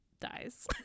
dies